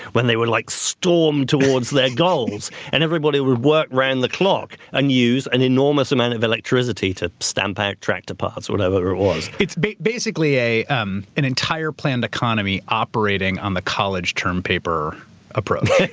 when they would like storm towards their goals and everybody would work around the clock and use an enormous amount of electricity to stamp out tractor parts, or whatever it was. it's basically um an entire planned economy operating on the college term paper approach.